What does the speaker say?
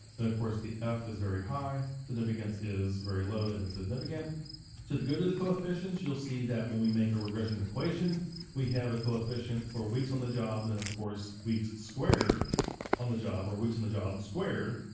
and of course the f is very high, significance is very low and it's significant. so if you go to the coefficients you'll see that when we make our regression equation we have a coefficient for weeks on the job and of course weeks squared job on the job, or weeks on the job squared,